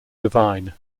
divine